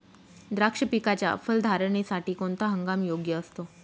द्राक्ष पिकाच्या फलधारणेसाठी कोणता हंगाम योग्य असतो?